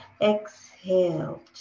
Exhale